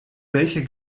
welcher